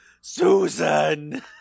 Susan